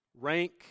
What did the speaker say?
Rank